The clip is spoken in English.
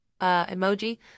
emoji